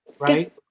right